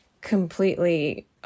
completely